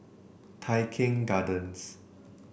Tai Keng Gardens